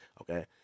Okay